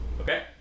okay